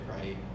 right